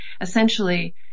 essentially